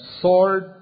sword